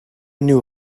knew